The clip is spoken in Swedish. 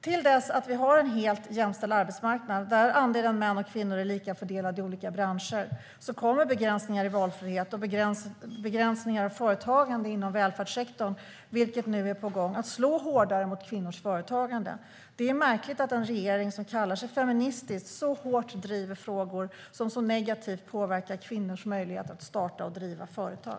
Till dess att vi har en helt jämställd arbetsmarknad, där andelen män och kvinnor är lika fördelade i olika branscher, kommer begränsningar i valfriheten och begränsningar av företagande inom välfärdssektorn, vilket nu är på gång, att slå hårdare mot kvinnors företagande. Det är märkligt att en regering som kallar sig feministisk så hårt driver frågor som så negativt påverkar kvinnors möjligheter att starta och driva företag.